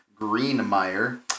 Greenmeyer